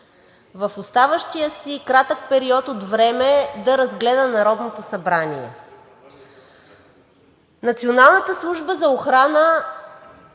в оставащия си кратък период от време да разгледа Народното събрание. Националната служба за охрана,